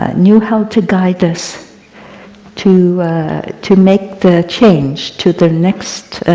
ah knew how to guide us to to make the change to the next